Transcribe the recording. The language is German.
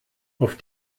auf